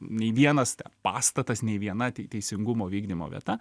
nei vienas ten pastatas nei viena te teisingumo vykdymo vieta